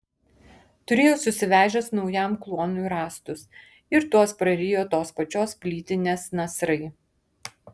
turėjo susivežęs naujam kluonui rąstus ir tuos prarijo tos pačios plytinės nasrai